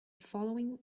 following